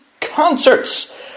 concerts